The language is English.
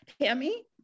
Tammy